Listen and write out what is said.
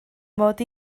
mod